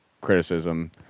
criticism